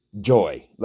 joy